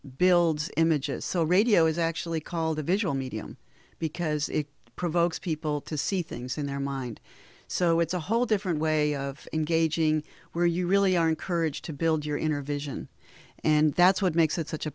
builds images so radio is actually called a visual medium because it provokes people to see things in their mind so it's a whole different way of engaging where you really are encouraged to build your inner vision and that's what makes it such a